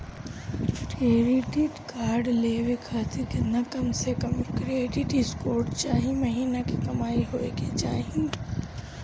Credit card लेवे खातिर केतना कम से कम क्रेडिट स्कोर चाहे महीना के कमाई होए के चाही?